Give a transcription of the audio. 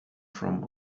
from